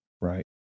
Right